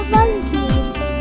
Volunteers